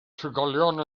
trigolion